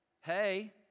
hey